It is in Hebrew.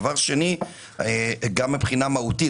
דבר שני, גם מבחינה מהותית.